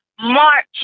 March